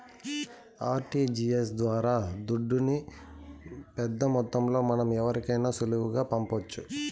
RTGS ద్వారా దుడ్డుని పెద్దమొత్తంలో మనం ఎవరికైనా సులువుగా పంపొచ్చు